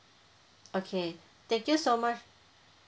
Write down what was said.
okay thank you so much